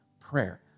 prayer